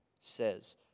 says